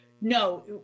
No